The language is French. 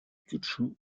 kyūshū